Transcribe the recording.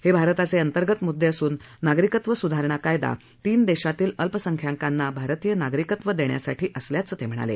हे भारताचे अंतर्गत मुद्दे असून नागरिकत्व स्धारणा कायदा तीन देशातील अल्पसंख्याकांना भारतीय नागरिकत्व देण्यासाठी असल्याचं त्यांनी सांगितलं